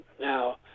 now